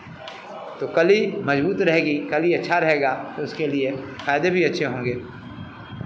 तो कली मज़बूत रहेगी कली अच्छा रहेगा तो उसके लिए फ़ायदे भी अच्छे होंगे